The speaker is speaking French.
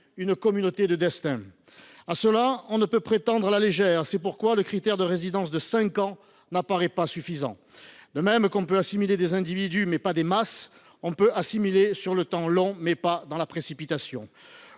une communauté de destin. À cela, on ne saurait prétendre à la légère. C’est pourquoi le critère de résidence de cinq ans ne semble pas suffisant. De même qu’un pays peut assimiler des individus, mais pas des masses, il peut assimiler sur le temps long, mais pas dans la précipitation.